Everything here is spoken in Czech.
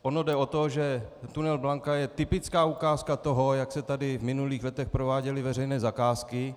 Ono jde o to, že tunel Blanka je typickou ukázkou toho, jak se tady v minulých letech prováděly veřejné zakázky.